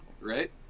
right